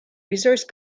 resource